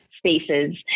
spaces